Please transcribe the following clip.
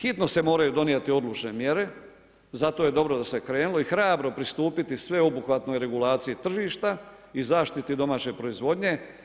Hitno se moraju donijeti odlučne mjere, zato je dobro da se krenulo i hrabro pristupiti sveobuhvatnoj regulaciji tržišta i zaštiti domaće proizvodnje.